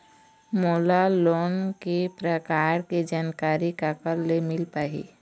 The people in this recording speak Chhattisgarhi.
मोला लोन के प्रकार के जानकारी काकर ले मिल ही?